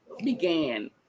began